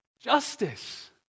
justice